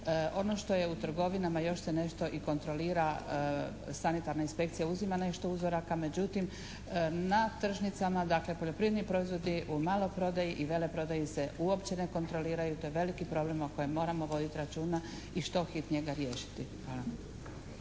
Ono što je u trgovinama još se nešto i kontrolira, sanitarna inspekcija uzima nešto uzoraka, međutim na tržnicama dakle poljoprivredni proizvodi u maloprodaji i veleprodaji se uopće ne kontroliraju, to je veliki problem o kojem moramo voditi računa i što hitnije ga riješiti.